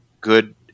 good